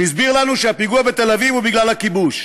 שהסביר לנו שהפיגוע בתל-אביב הוא בגלל הכיבוש.